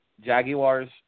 Jaguars